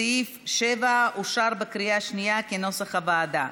סעיף 7 אושר בקריאה השנייה כנוסח הוועדה.